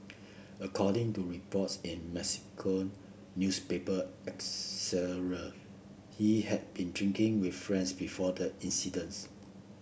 according to reports in Mexican newspaper he had been drinking with friends before the incidents